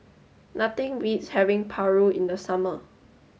nothing beats having Paru in the summer